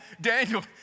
Daniel